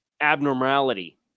abnormality